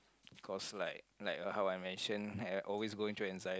cause like like how I mention I always going through inside